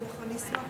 חבר הכנסת